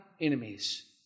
enemies